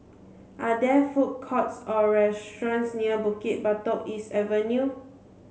are there food courts or restaurants near Bukit Batok East Avenue